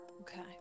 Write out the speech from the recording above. Okay